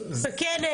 זה כן.